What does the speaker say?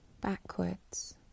backwards